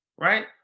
right